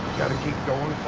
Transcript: got to keep going